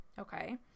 okay